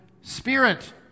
spirit